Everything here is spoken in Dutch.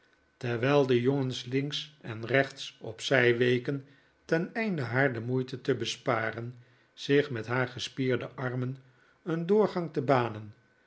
terwijl de jongens links en rechts op zij weken teneinde haar de moeite te besparen zich met haar gespierde armen een doorgang te banen